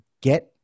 get